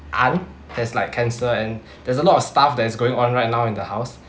aunt has like cancer and there's a lot of stuff that is going on right now in the house